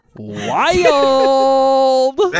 wild